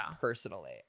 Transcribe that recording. Personally